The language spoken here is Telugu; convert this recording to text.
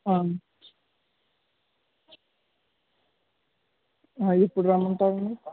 ఇప్పుడు రమ్ముంటారండి